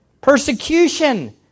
persecution